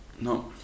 No